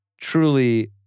truly